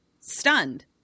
stunned